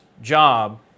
job